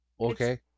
okay